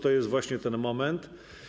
To jest właśnie ten moment.